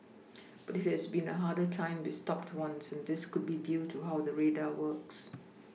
but it has been a harder time with stopped ones and this could be due to how the radar works